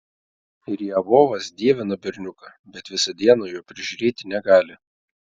riabovas dievina berniuką bet visą dieną jo prižiūrėti negali